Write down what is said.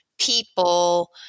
people